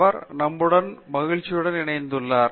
அவர் நம்முடன் மகிழ்ச்சியுடன் இணைத்துள்ளார்